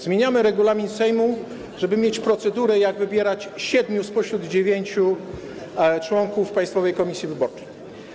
Zmieniamy regulamin Sejmu, żeby mieć procedurę, jak wybierać siedmiu spośród dziewięciu członków Państwowej Komisji Wyborczej.